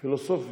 פילוסופית.